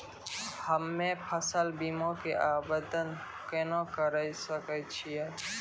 हम्मे फसल बीमा के आवदेन केना करे सकय छियै?